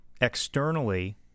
externally